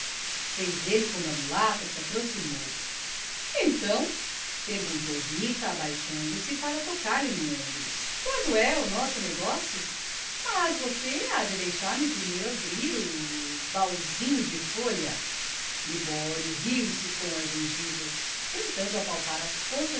fez ele quando a mulata se aproximou então perguntou rita abaixando-se para tocar-lhe no ombro quando é o nosso negócio mas você há de deixar-me primeiro abrir o bauzinho de folha libório riu-se com as gengivas tentando apalpar as